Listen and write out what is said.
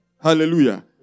Hallelujah